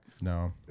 No